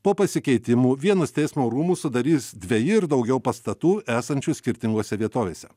po pasikeitimų vienus teismo rūmus sudarys dveji ir daugiau pastatų esančių skirtingose vietovėse